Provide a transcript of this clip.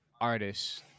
artists